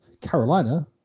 Carolina